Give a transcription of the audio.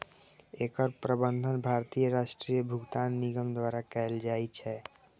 एकर प्रबंधन भारतीय राष्ट्रीय भुगतान निगम द्वारा कैल जाइ छै